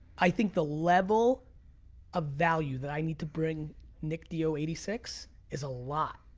i think the level of value that i need to bring nick dio, eighty six, is a lot,